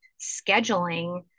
scheduling